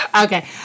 Okay